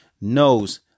knows